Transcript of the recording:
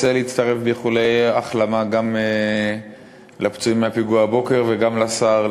רוצה להצטרף באיחולי החלמה גם לפצועים מהפיגוע הבוקר וגם לשר,